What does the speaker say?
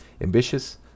Ambitious